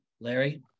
Larry